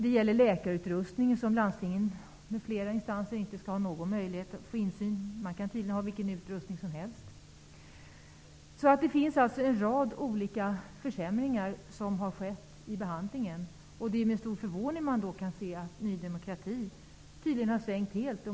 Det gäller läkarutrustningen. Landstingen m.fl. instanser skall inte ha möjlighet till insyn, utan man kan tydligen ha vilken utrustning som helst. Det har alltså skett en rad olika försämringar under behandlingen. Det är med stor förvåning vi kan se att Ny demokrati tydligen har svängt helt.